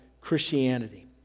Christianity